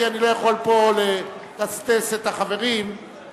כי אני לא יכול פה לתזז את החברים ולטרטרם,